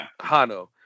Hano